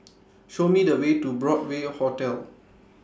Show Me The Way to Broadway Hotel